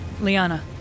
Liana